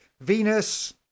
Venus